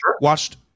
Watched